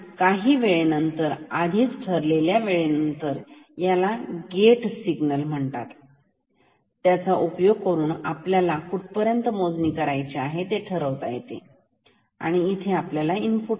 काही वेळेनंतर आधीच ठरलेल्या वेळेनंतर याला गेट सिग्नल म्हणतात त्याचा उपयोग करून आपल्याला कुठपर्यंत मोजणी करायचे आहे ते ठरवता येते आणि इथे आपल्याकडे इनपुट आहे